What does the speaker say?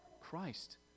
Christ